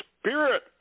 spirit